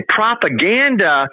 propaganda